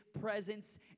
presence